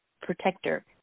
protector